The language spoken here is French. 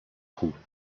trouvent